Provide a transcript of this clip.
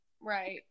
right